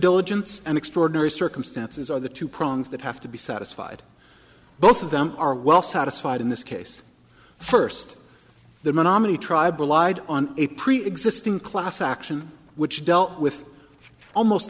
diligence and extraordinary circumstances are the two prongs that have to be satisfied both of them are well satisfied in this case first the menominee tribe relied on a preexisting class action which dealt with almost